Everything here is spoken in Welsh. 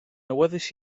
awyddus